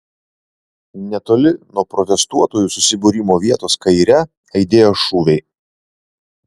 netoli nuo protestuotojų susibūrimo vietos kaire aidėjo šūviai